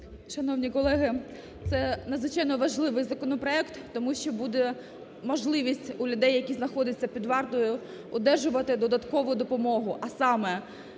Шановні колеги, це надзвичайно важливий законопроект, тому що буде можливість у людей, які знаходяться під вартою, одержувати додаткову допомогу, а саме,